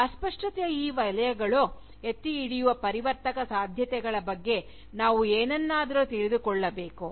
ಅಸ್ಪಷ್ಟತೆಯ ಈ ವಲಯಗಳು ಎತ್ತಿ ಹಿಡಿಯುವ ಪರಿವರ್ತಕ ಸಾಧ್ಯತೆಗಳ ಬಗ್ಗೆ ನಾವು ಏನನ್ನಾದರೂ ತಿಳಿದುಕೊಳ್ಳಬೇಕು